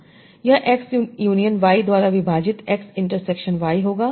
यह X union Y द्वारा विभाजित X इंटरसेक्शन Y होगा